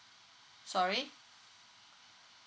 sorry